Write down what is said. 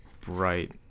bright